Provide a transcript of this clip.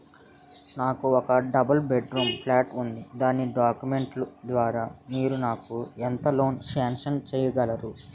నాకు ఒక double bedroom flat ఉంది దాని డాక్యుమెంట్స్ లు ద్వారా మీరు ఎంత లోన్ నాకు సాంక్షన్ చేయగలరు?